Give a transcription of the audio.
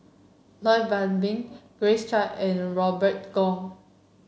Lloyd Valberg Grace Chia and Robert Goh